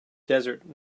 desert